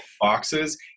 boxes